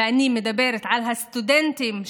אני מדברת על הסטודנטים,